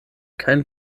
kein